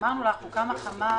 אמרנו לך, הוקם חמ"ל.